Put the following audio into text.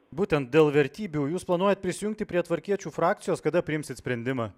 būtent dėl vertybių jūs planuojat prisijungti prie tvarkiečių frakcijos kada priimsit sprendimą